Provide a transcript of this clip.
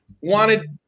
wanted